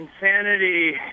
Insanity